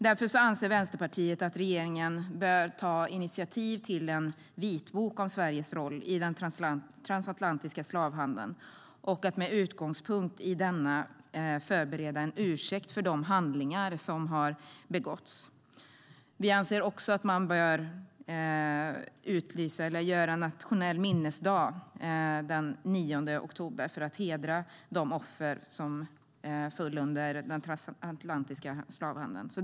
Därför anser Vänsterpartiet att regeringen bör ta initiativ till en vitbok om Sveriges roll i den transatlantiska slavhandeln och med utgångspunkt i denna förbereda en ursäkt för de handlingar som har begåtts. Vi anser också att man bör införa en nationell minnesdag den 9 oktober för att hedra dem som föll offer under den transatlantiska slavhandeln.